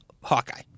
Hawkeye